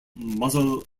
muzzle